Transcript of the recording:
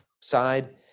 side